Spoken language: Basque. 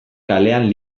kalean